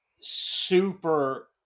super